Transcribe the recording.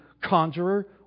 conjurer